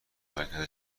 مرکز